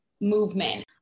movement